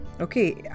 Okay